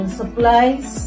supplies